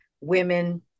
women